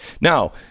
Now